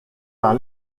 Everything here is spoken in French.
par